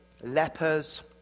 lepers